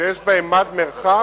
שיש בהם מד מרחק,